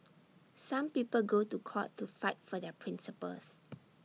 some people go to court to fight for their principles